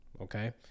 okay